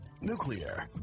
nuclear